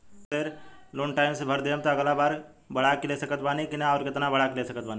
ए बेर loan time से भर देहम त अगिला बार बढ़ा के ले सकत बानी की न आउर केतना बढ़ा के ले सकत बानी?